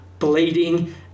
bleeding